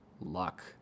luck